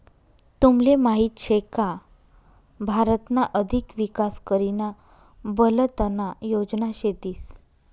तुमले माहीत शे का भारतना अधिक विकास करीना बलतना योजना शेतीस